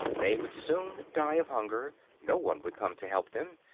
they would soon die of hunger no one would come to help them,